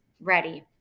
ready